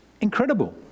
incredible